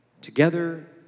together